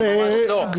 חבר הכנסת שטרן, ממש לא.